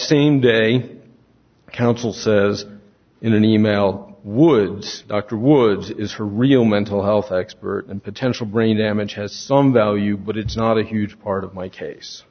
same day council says in an e mail woods dr woods is her real mental health expert and potential brain damage has some value but it's not a huge part of my case